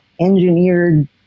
engineered